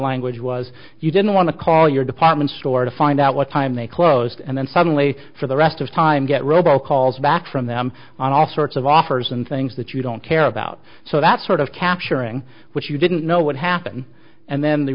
language was you didn't want to call your department store to find out what time they closed and then suddenly for the rest of time get robo calls back from them on all sorts of offers and things that you don't care about so that sort of capturing what you didn't know would happen and then the